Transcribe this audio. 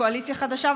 קואליציה חדשה,